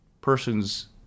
person's